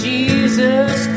Jesus